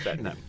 No